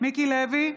מיקי לוי,